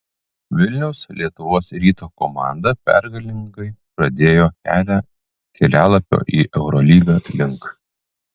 vilniaus lietuvos ryto komanda pergalingai pradėjo kelią kelialapio į eurolygą link